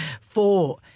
Four